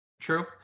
true